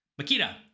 Makita